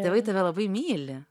tėvai tave labai myli